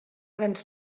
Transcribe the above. grans